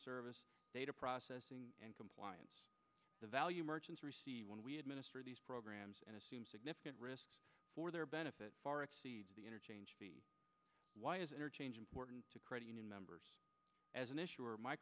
service data processing and compliance the value merchants when we administer these programs and assume significant risk for their benefit far exceeds the interchange why is interchange important to credit union members as an issue or my